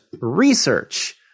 research